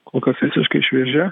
kol kas visiškai šviežia